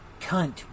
cunt